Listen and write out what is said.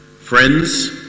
friends